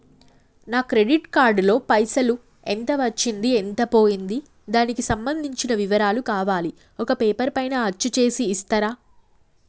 నా credit card లో పైసలు ఎంత వచ్చింది ఎంత పోయింది దానికి సంబంధించిన వివరాలు కావాలి ఒక పేపర్ పైన అచ్చు చేసి ఇస్తరా?